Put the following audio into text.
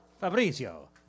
Fabrizio